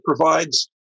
provides